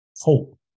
hope